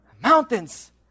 mountains